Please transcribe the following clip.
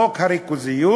חוק הריכוזיות.